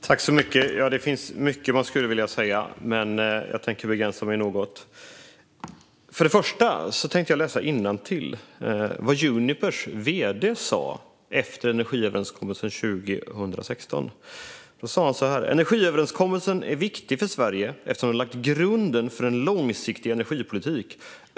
Fru talman! Det finns mycket jag skulle vilja säga, men jag tänker begränsa mig något. Till att börja med tänker jag läsa upp vad Unipers vd sa efter energiöverenskommelsen 2016: "Energiöverenskommelsen är viktig för Sverige eftersom den lagt grunden för en långsiktig energipolitik.